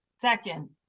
Second